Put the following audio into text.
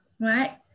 right